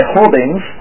Holdings